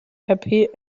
happy